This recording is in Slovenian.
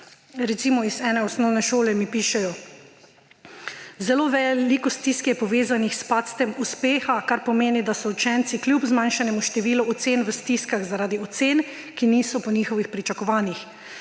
Recimo iz ene osnovne šole mi pišejo, da je zelo veliko stisk povezanih s padcem uspeha, kar pomeni, da so učenci kljub zmanjšanemu številu ocen v stiskah zaradi ocen, ki niso po njihovih pričakovanjih.